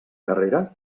carrera